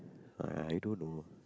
I don't know